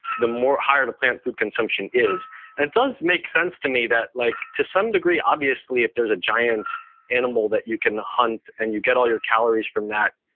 the higher the plant food consumption is. and it does make sense to me that like to some degree, obviously, if there's a giant animal that you can hunt and you get all your calories from that,